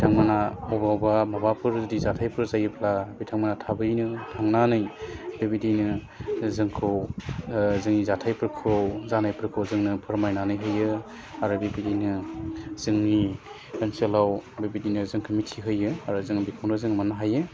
बिथांमोना बबावबा माबाफोर जुदि जाथाइफोर जायोब्ला बिथांमोना थाबैनो थांनानै बेबायदिनो जोंखौ जोंनि जाथाइफोरखौ जानायफोरखौ जोंनो फोरमायनानै होयो आरो बिदियैनो जोंनि ओनसोलाव बेबायदिनो जोंखौ मिथिहोयो आरो जों बिखौनो जों मोन्नो हायो